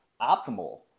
optimal